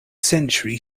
century